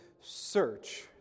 search